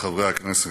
וחברי הכנסת,